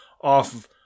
off